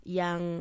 yang